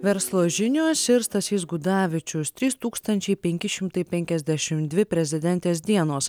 verslo žinios ir stasys gudavičius trys tūkstančiai penki šimtai penkiasdešimt dvi prezidentės dienos